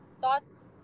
Thoughts